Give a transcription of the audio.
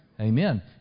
Amen